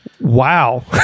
wow